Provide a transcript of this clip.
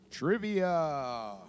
Trivia